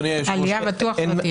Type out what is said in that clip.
עלייה בטוח לא תהיה.